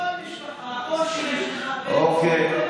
כל משפחה, כל מי שמתחתן, אוקיי.